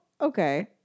okay